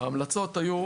ההמלצות הן: